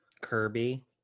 Kirby